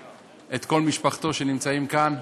את כל משפחתו שנמצאת כאן,